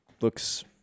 looks